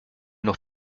noch